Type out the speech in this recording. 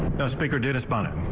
the speaker dennis bonnen.